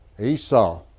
Esau